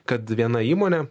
kad viena įmonė